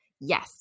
Yes